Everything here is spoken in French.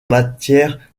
matières